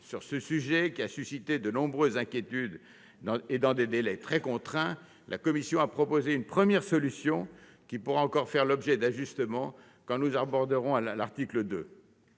Sur ce sujet, qui a suscité de nombreuses inquiétudes, dans des délais très contraints, la commission a proposé une première solution, qui pourra encore faire l'objet d'ajustements quand nous l'aborderons, à l'article 2.